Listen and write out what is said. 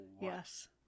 yes